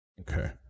Okay